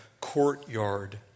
courtyard